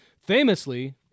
famously